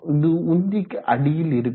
இது உந்திக்கு அடியில் இருக்கும்